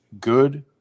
good –